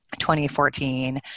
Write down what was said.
2014